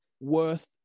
worth